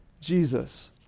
Jesus